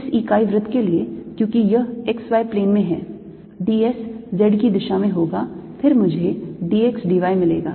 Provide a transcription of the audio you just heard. इस इकाई वृत्त के लिए क्योंकि यह x y plane में है d s z की दिशा में होगा फिर मुझे dx d y मिलेगा